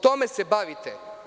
Time se bavite.